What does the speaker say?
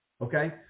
okay